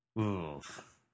oof